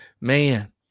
man